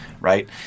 right